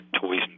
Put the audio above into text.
toys